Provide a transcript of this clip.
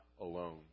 Alone